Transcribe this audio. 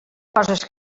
coses